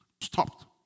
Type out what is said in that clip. stopped